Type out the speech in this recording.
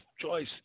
choice